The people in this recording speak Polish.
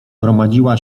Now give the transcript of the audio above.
gromadziła